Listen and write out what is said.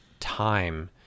Time